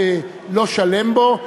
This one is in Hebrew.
התבלבלתי.